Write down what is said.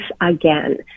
again